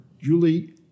Julie